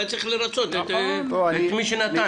והוא היה צריך לרצות את מי שנתן.